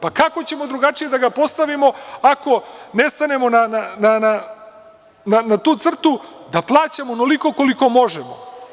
Pa, kako ćemo drugačije da ga postavimo ako ne stanemo na tu crtu, da plaćamo onoliko koliko možemo?